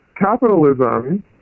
Capitalism